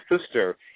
sister